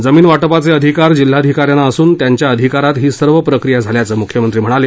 जमीन वाटपाचे अधिकार जिल्हाधिकाऱ्यांना असून त्यांच्या अधिकारात ही सर्व प्रक्रिया झाल्याचं मुख्यमंत्री म्हणाले